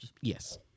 Yes